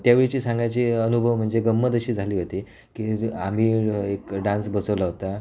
त्या वेळची सांगायची अनुभव म्हणजे गंमत अशी झाली होती की जे आम्ही एक डान्स बसवला होता